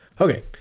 Okay